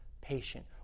patient